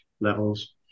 levels